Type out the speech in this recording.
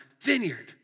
vineyard